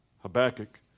Habakkuk